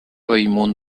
bellmunt